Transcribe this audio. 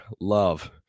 love